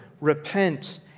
repent